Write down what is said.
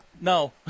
No